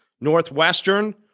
Northwestern